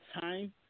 time